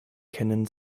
kennen